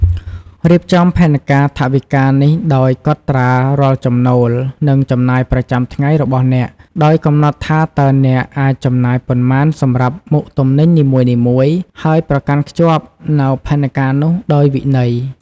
រៀបចំផែនការថវិកានេះដោយកត់ត្រារាល់ចំណូល និងចំណាយប្រចាំថ្ងៃរបស់អ្នក ដោយកំណត់ថាតើអ្នកអាចចំណាយប៉ុន្មានសម្រាប់មុខទំនិញនីមួយៗ ហើយប្រកាន់ខ្ជាប់នូវផែនការនោះដោយវិន័យ។